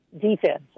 defense